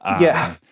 yeah.